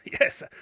Yes